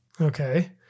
okay